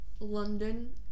London